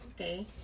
okay